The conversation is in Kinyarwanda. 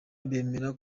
bemera